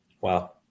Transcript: Wow